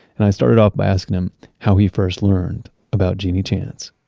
and i started off by asking him how he first learned about genie chance